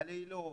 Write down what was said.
בלילות,